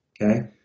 okay